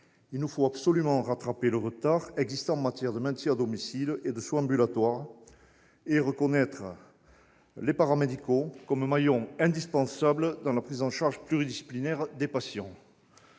il nous faut absolument rattraper le retard existant en matière de maintien à domicile et de soins ambulatoires et reconnaître les professionnels du secteur paramédical comme maillon indispensable dans la prise en charge pluridisciplinaire des patients.